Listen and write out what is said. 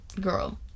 Girl